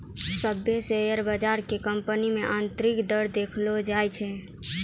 सभ्भे शेयर बजार के कंपनी मे आन्तरिक दर देखैलो जाय छै